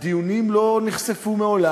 אני הייתי בקריית-שמונה,